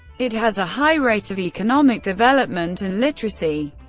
it has a high rate of economic development and literacy,